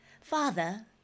Father